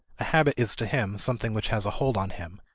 a habit is to him something which has a hold on him,